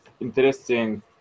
interesting